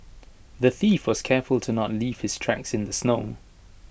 the thief was careful to not leave his tracks in the snow